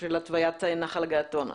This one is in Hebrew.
של התווית נחל הגעתון.